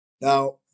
Now